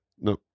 no